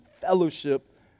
fellowship